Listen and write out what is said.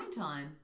Time